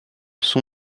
son